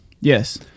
Yes